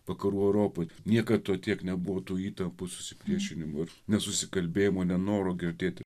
vakarų europoje niekad to tiek nebūtų įtampų susipriešinimo ir nesusikalbėjimo nenoro girdėti